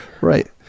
Right